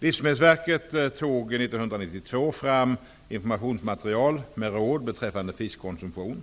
Livsmedelsverket tog år 1992 fram informationsmaterial med råd beträffande fiskkonsumtion.